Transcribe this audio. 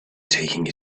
taking